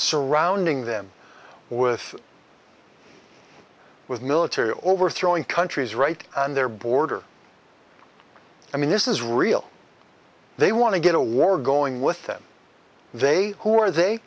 surrounding them with with military overthrowing countries right on their border i mean this is real they want to get a war going with them they